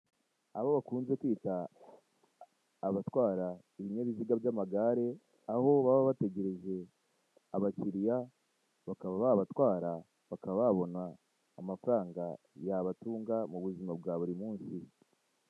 Abo bakunze kwita abatwara ibinyabiziga by'amagare aho baba bategereje abakiriya bakaba babatwara bakaba babona amafaranga yabatunga mu buzima bwa buri munsi.